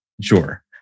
sure